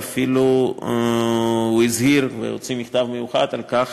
ואפילו הוא הזהיר והוציא מכתב מיוחד על כך